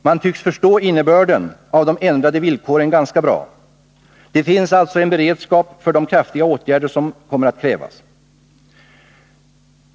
Man tycks förstå innebörden av de ändrade villkoren ganska bra. Det finns alltså en beredskap för de kraftiga åtgärder som kommer att krävas.